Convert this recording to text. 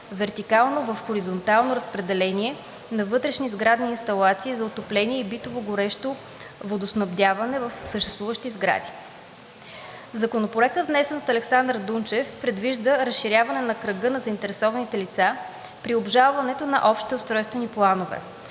вертикално в хоризонтално разпределение на вътрешни сградни инсталации за отопление и битово горещо водоснабдяване в съществуващите сгради. Законопроектът, внесен от Александър Дунчев, предвижда разширяване на кръга на заинтересованите лица при обжалването на общите устройствени планове,